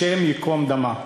השם ייקום דמה.